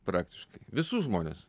praktiškai visus žmones